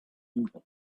you